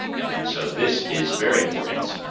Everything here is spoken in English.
and so this is very important.